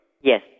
Yes